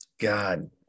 God